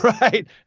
Right